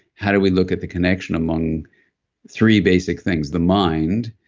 how do we look at the connection among three basic things the mind,